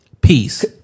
peace